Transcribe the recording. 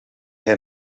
hij